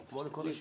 משתדלים.